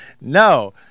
no